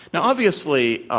now, obviously,